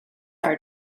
are